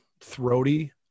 throaty